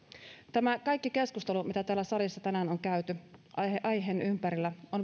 tämä kaikki keskustelu mitä täällä salissa tänään on käyty aiheen ympärillä on